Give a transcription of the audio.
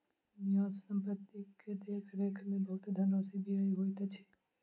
न्यास संपत्ति के देख रेख में बहुत धनराशि व्यय होइत अछि